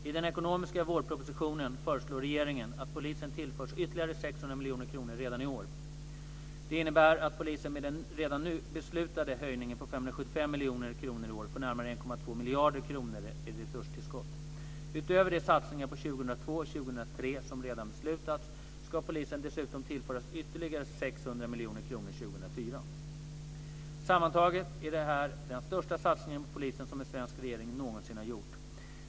I den ekonomiska vårpropositionen föreslår regeringen att polisen tillförs ytterligare 600 miljoner kronor redan i år. Det innebär att polisen med den redan nu beslutade höjningen på 575 miljoner kronor i år får närmare 1,2 miljarder kronor i resurstillskott. Utöver de satsningar på 2002 och 2003 som redan beslutats ska polisen dessutom tillföras ytterligare 600 miljoner kronor 2004. Sammantaget är det här den största satsningen på polisen som en svensk regering någonsin har gjort.